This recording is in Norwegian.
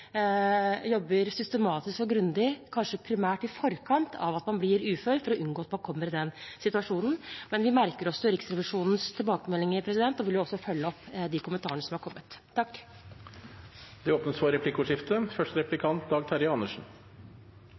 grundig, kanskje primært i forkant av at noen blir ufør, for å unngå at de kommer i den situasjonen. Men vi merker oss også Riksrevisjonens tilbakemeldinger og vil følge opp de kommentarene som har kommet. Det åpnes for replikkordskifte.